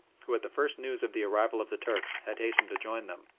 who at the first news of the arrival of the turks had hastened to join them.